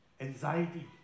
Anxiety